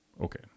Okay